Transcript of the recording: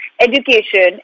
Education